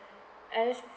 I just